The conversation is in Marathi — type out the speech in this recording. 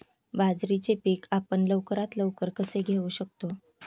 बाजरीचे पीक आपण लवकरात लवकर कसे घेऊ शकतो?